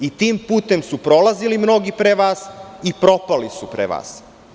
Tim putem su prolazili mnogi pre vas i propali su pre vas.